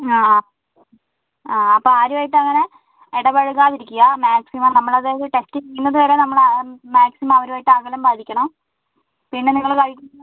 ആ ആ അപ്പം ആരും ആയിട്ടും അങ്ങനെ ഇടപഴകാതിരിക്കുക മാക്സിമം നമ്മളും ആയിട്ട് ടച്ച് ചെയ്യാതെ ആരും ആയിട്ട് മാക്സിമം അവരുവായിട്ടു അകലം പാലിക്കണം പിന്നെ നിങ്ങള് കഴിക്കുന്ന